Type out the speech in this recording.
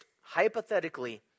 hypothetically